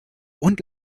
und